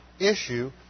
issue